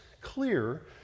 clear